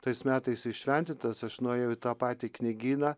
tais metais įšventintas aš nuėjau į tą patį knygyną